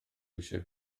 eisiau